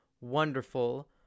wonderful